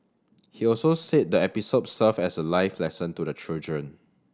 he also said the episode served as a life lesson to the children